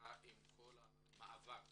מזדהה בסולידריות עם כל המאבק